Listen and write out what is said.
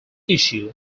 issue